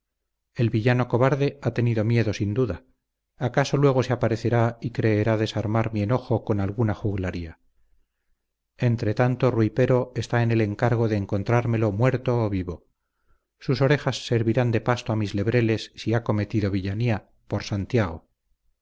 el villano cobarde ha tenido miedo sin duda acaso luego se aparecerá y creerá desarmar mi enojo con alguna juglaría entretanto rui pero está en el encargo de encontrármelo muerto o vivo sus orejas servirán de pasto a mis lebreles si ha cometido villanía por santiago